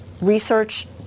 research